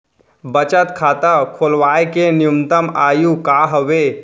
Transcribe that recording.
बचत खाता खोलवाय के न्यूनतम आयु का हवे?